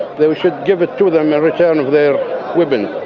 they should give it to them a return of their weapons.